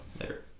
Later